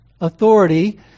authority